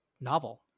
novel